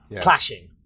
clashing